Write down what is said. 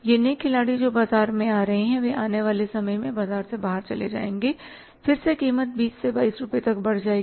ये नए खिलाड़ी जो बाजार में हैं वे आने वाले समय में बाजार से बाहर चले जाएंगे फिर से कीमत 20 22 रुपये तक बढ़ जाएगी